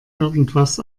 irgendwas